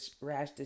rash